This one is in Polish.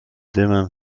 dymem